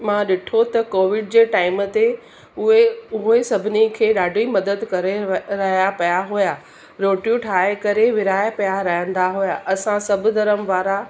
मां ॾिठो त कोविड जे टाइम ते उहे उहे सभिनी खे ॾाढी मदद करे रहिया पिया हुआ रोटियूं ठाहे करे विरिहाए पिया रहंदा हुआ असां सभु धर्म वारा